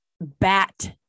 bat